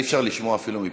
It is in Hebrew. אי-אפשר לשמוע אפילו מפה,